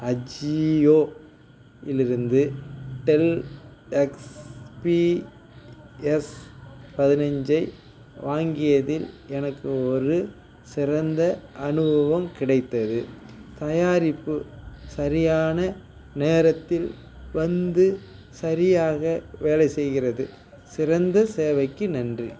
அஜியோ இலிருந்து Dell XPS பதினஞ்சை வாங்கியதில் எனக்கு ஒரு சிறந்த அனுபவம் கிடைத்தது தயாரிப்பு சரியான நேரத்தில் வந்து சரியாக வேலை செய்கிறது சிறந்த சேவைக்கு நன்றி